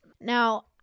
now